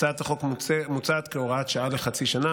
הצעת החוק מוצעת כהוראת שעה לחצי שנה,